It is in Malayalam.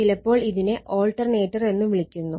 ചിലപ്പോൾ ഇതിനെ ആൾട്ടർനേറ്റർ എന്നും വിളിക്കുന്നു